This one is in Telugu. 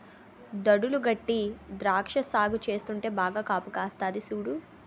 దడులు గట్టీ ద్రాక్ష సాగు చేస్తుంటే బాగా కాపుకాస్తంది సూడు